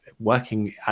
working